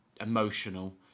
emotional